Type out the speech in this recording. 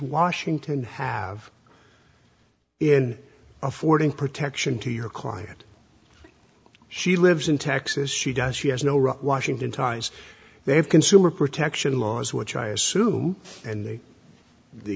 washington have in affording protection to your client she lives in texas she does she has no right washington ties they have consumer protection laws which i assume and they the